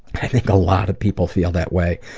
i think a lot of people feel that way.